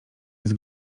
jest